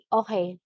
okay